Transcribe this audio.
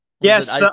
Yes